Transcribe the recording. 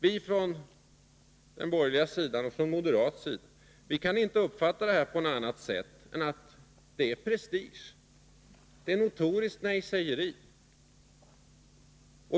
Vi från den borgerliga sidan och från moderaternas sida kan inte uppfatta detta på något annat sätt än att det är fråga om prestige och ett notoriskt nejsägeri.